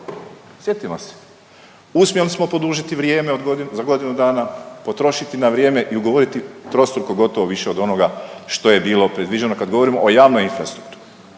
se ne razumije./... smo podužiti vrijeme od godinu, za godinu dana, potrošiti na vrijeme i ugovoriti trostruko gotovo više od onoga što je bilo predviđeno kad govorimo o javnoj infrastrukturi,